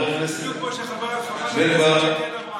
בדיוק כמו שחברת הכנסת שקד אמרה,